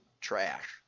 trash